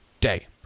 day